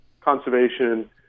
conservation